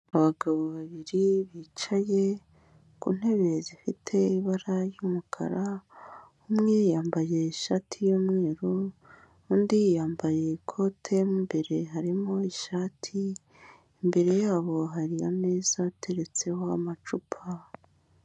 Abagabo babiri bicaye ku ntebe zifite ibara ry'umukara, umwe yambaye ishati y'umweru undi yambaye ikote, mo imbere harimo ishati, imbere yabo hari ameza ateretseho amacupa.